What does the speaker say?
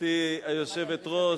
גברתי היושבת-ראש,